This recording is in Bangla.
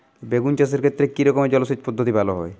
বেগুন চাষের ক্ষেত্রে কি রকমের জলসেচ পদ্ধতি ভালো হয়?